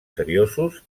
seriosos